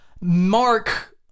Mark